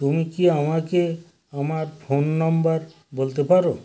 তুমি কি আমাকে আমার ফোন নম্বার বলতে পারো